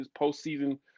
postseason